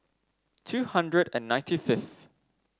two hundred and ninety fifth